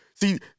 see